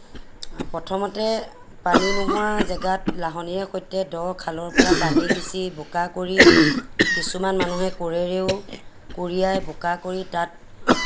প্ৰথমতে পানী নোহোৱা জেগাত লাহনিৰে সৈতে দ খালৰ পৰা পানী সিঁচি বোকা কৰি কিছুমান মানুহে কোৰেৰেও কুৰিয়াই বোকা কৰি তাত